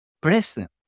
present